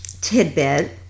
tidbit